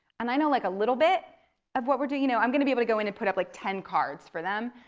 and i know like a little bit of what we're doing. you know i'm gonna be able to go in and put up like ten cards for them,